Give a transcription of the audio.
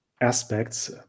aspects